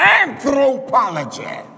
anthropology